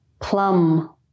Plum